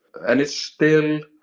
and it's still,